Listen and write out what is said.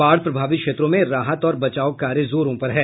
बाढ़ प्रभावित क्षेत्रों में राहत और बचाव कार्य जोरो पर है